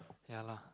ya lah